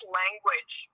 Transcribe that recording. language